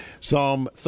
Psalm